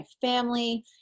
family